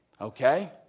Okay